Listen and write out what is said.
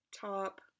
Top